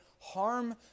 harm